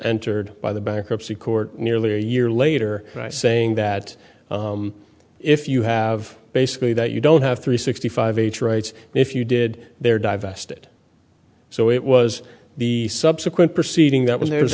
entered by the bankruptcy court nearly a year later and i saying that if you have basically that you don't have three sixty five h rights if you did their divested so it was the subsequent proceeding that was there was